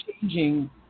changing